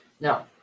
Now